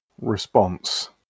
response